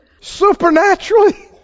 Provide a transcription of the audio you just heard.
Supernaturally